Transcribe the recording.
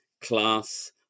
class